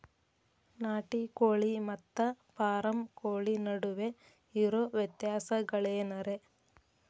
ನಾಟಿ ಕೋಳಿ ಮತ್ತ ಫಾರಂ ಕೋಳಿ ನಡುವೆ ಇರೋ ವ್ಯತ್ಯಾಸಗಳೇನರೇ?